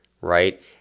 right